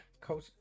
Coach